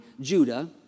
Judah